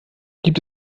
gibt